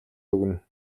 өгнө